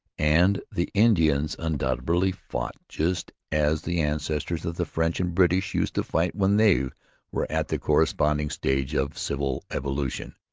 and the indians undoubtedly fought just as the ancestors of the french and british used to fight when they were at the corresponding stage of social evolution.